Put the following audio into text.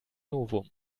novum